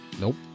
Nope